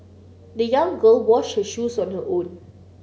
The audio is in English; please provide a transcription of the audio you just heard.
the young girl washed her shoes on her own